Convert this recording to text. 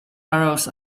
arrows